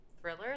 Thriller